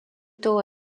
tôt